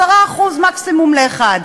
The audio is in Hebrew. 10% מקסימום לאחד.